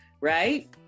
Right